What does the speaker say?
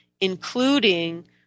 including